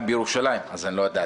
גם בירושלים, אז אני לא ידעתי.